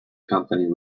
company